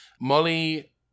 Molly